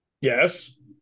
Yes